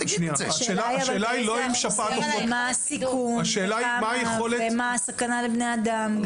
השאלה מה הסיכון והסכנה לבני האדם.